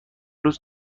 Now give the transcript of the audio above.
روز